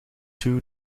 two